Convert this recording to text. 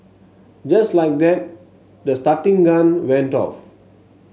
just like that the starting gun went off